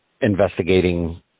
investigating